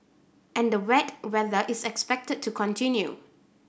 and the wet weather is expected to continue